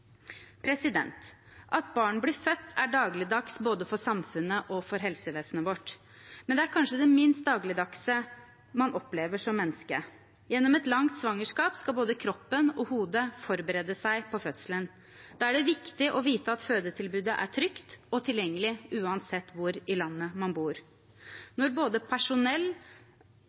At barn blir født, er dagligdags både for samfunnet og for helsevesenet vårt, men det er kanskje det minst dagligdagse man opplever som menneske. Gjennom et langt svangerskap skal både kroppen og hodet forberede seg på fødselen. Da er det viktig å vite at fødetilbudet er trygt og tilgjengelig uansett hvor i landet man bor. Når både personell